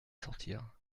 sortir